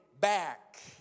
back